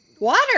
Water